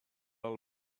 all